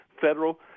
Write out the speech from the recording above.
federal